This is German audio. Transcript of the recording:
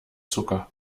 zucker